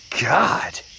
God